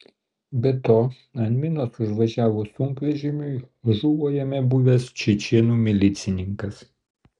be to ant minos užvažiavus sunkvežimiui žuvo jame buvęs čečėnų milicininkas